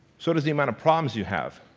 so does the amount of problems you have.